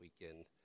weekend